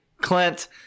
Clint